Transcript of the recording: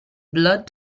blood